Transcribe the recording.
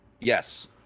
Yes